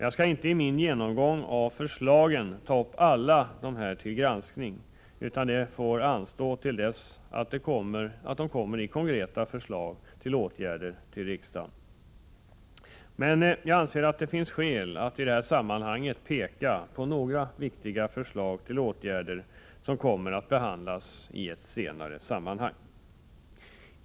Jag skall inte i min genomgång ta upp alla dessa till granskning — detta får anstå till dess att konkreta förslag till åtgärder framläggs för riksdagen. Men jag anser att det finns skäl att nu peka på några viktiga åtgärdsförslag som kommer att behandlas i ett senare sammanhang.